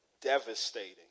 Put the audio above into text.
devastating